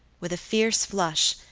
with a fierce flush,